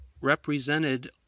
represented